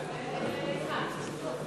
הגברת המשילות והעלאת אחוז החסימה) נתקבלה.